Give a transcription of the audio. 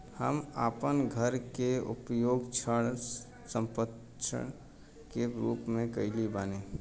हम आपन घर के उपयोग ऋण संपार्श्विक के रूप में कइले बानी